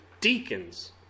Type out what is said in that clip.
deacons